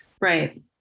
Right